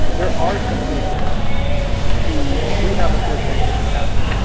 there are some people who do have a clear preexisting passion.